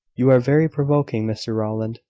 you are very provoking, mr rowland!